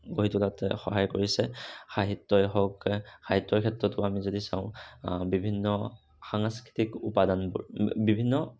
গঢ়ি তোলাত সহায় কৰিছে সাহিত্যই হওঁক সাহিত্যৰ ক্ষেত্ৰতো আমি যদি চাওঁ বিভিন্ন সাংস্কৃতিক উপাদানবোৰ বিভিন্ন